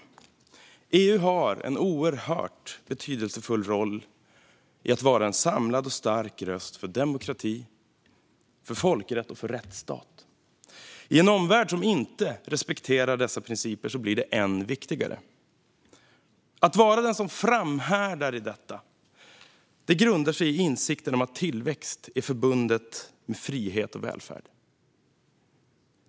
EU har en oerhört betydelsefull roll i att vara en samlad och stark röst för demokrati, folkrätt och rättsstat. I en omvärld som inte respekterar dessa principer blir detta än viktigare. Att vara den som framhärdar i detta grundar sig i insikten om att tillväxt är förbundet med frihet och välfärd.